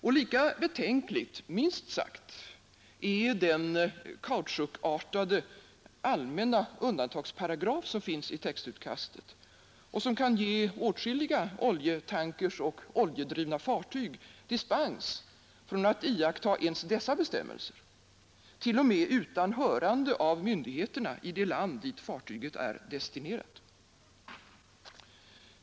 Och lika betänklig, minst sagt, är den kautschukartade allmänna undantagsparagraf som finns i textutkastet och som kan ge åtskilliga oljetankers och oljedrivna fartyg dispens från att iaktta ens dessa bestämmelser, t.o.m. utan hörande av myndigheterna i det land dit fartyget är destinerat.